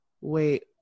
wait